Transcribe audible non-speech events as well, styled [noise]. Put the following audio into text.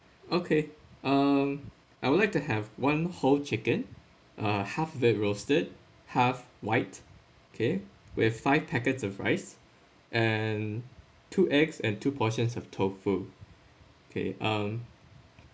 okay [coughs] okay um I would like to have one whole chicken uh half that roasted half white okay with five packets of rice and two eggs and two portions of toufu okay um